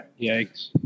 Yikes